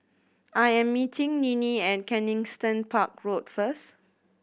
I am meeting Ninnie at Kensington Park Road first